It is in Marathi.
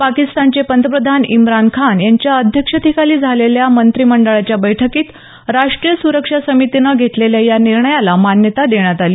पाकिस्तानचे पंतप्रधान इम्रान खान यांच्या अध्यक्षतेखाली झालेल्या मंत्रीमंडळाच्या बैठकीत राष्ट्रीय सुरक्षा समितीनं घेतलेल्या या निर्णयाला मान्यता देण्यात आली